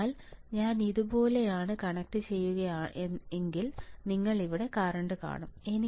അതിനാൽ ഞാൻ ഇതുപോലെയാണ് കണക്റ്റുചെയ്യുകയാണെങ്കിൽ നിങ്ങൾ ഇവിടെ കറൻറ് കാണും